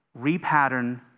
repattern